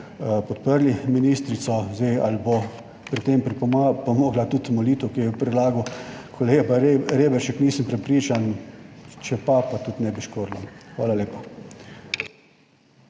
podprli ministrico. Zdaj, ali bo pri tem pripomogla tudi molitev, ki jo je predlagal kolega Reberšek, nisem prepričan, če pa, pa tudi ne bi škodilo. Hvala lepa.